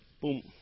Boom